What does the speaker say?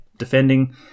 defending